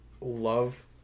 love